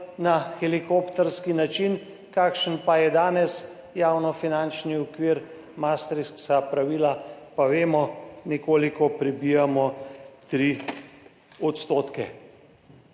na helikopterski način, kakšen je danes javnofinančni okvir, maastrichtska pravila, pa vemo, nekoliko prebijamo 3 %.